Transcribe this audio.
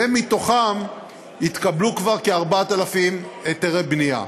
ומתוכם התקבלו כבר כ-4,000 היתרי בנייה.